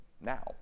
now